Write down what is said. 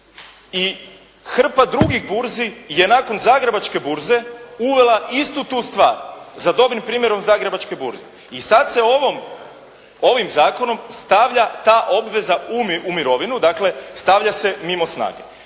i hrpa drugih burzi je nakon Zagrebačke burze uvela istu tu stvar, za dobrim primjerom Zagrebačke burze i sada se ovim zakonom stavlja ta obveza u mirovinu, dakle stavlja se mimo snage.